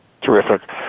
Terrific